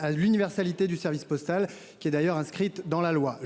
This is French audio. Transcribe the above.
À l'universalité du service postal qui est d'ailleurs inscrite dans la loi,